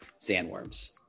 Sandworms